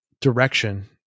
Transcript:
direction